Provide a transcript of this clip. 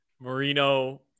Marino